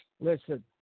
Listen